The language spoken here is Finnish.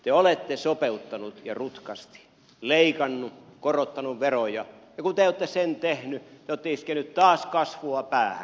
te olette sopeuttaneet ja rutkasti leikanneet korottaneet veroja ja kun te olette sen tehneet te olette iskeneet taas kasvua päähän